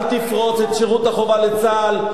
אל תפרוץ את שירות החובה בצה"ל,